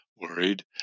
worried